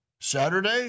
Saturday